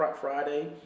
Friday